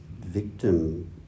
victim